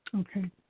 Okay